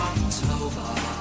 October